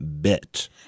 bit